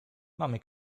mamy